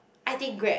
I think grab